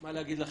מה להגיד לכם?